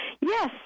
Yes